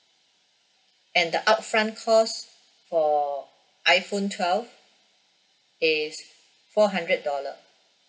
and the upfront cost for your iphone twelve is four hundred dollar